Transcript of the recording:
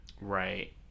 Right